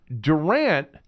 Durant